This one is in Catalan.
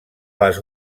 les